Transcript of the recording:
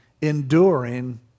enduring